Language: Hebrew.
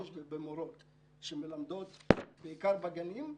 המורות שמלמדות בעיקר בגנים.